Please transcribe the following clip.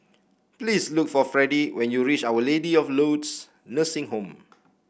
please look for Fredie when you reach Our Lady of Lourdes Nursing Home